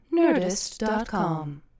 NERDIST.com